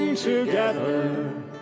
Together